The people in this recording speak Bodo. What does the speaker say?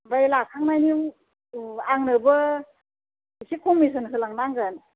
ओमफ्राय लाखांनायनि उनाव आंनोबो एसे कमिसन होलांनांगोन